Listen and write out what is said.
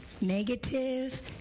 negative